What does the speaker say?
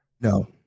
no